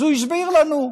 אז הוא הסביר לנו.